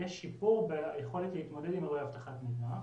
שיהיה שיפור ביכולת להתמודד עם אירועי הבטחת מידע.